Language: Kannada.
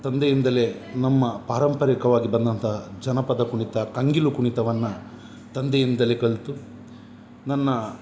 ತಂದೆಯಿಂದಲೇ ನಮ್ಮ ಪಾರಂಪರಿಕವಾಗಿ ಬಂದಂತಹ ಜನಪದ ಕುಣಿತ ಕಂಗಿಲು ಕುಣಿತವನ್ನು ತಂದೆಯಿಂದಲೇ ಕಲಿತು ನನ್ನ